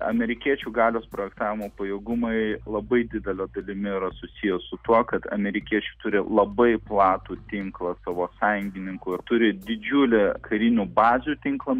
amerikiečių galios projektavimo pajėgumai labai didele dalimi yra susiję su tuo kad amerikiečiai turi labai platų tinklą savo sąjungininkų ir turi didžiulį karinių bazių tinklą